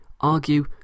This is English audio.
argue